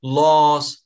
laws